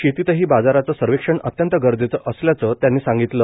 शेतीतही बाजारचं सर्वेक्षण अत्यंत गरजेचं असल्याचं त्यांनी सांगितलं